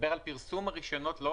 אני מדבר על פרסום הרישיונות,